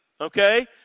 okay